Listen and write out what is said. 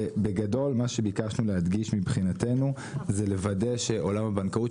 בגדול מה שביקשנו להדגיש מבחינתנו הוא לוודא שעולם הבנקאות,